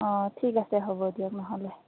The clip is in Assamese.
অ ঠিক আছে হ'ব দিয়ক নহ'লে